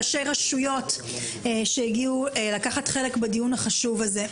ראשי הרשויות המקומיות שהגיעו לקחת חלק בדיון החשוב הזה.